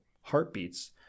heartbeats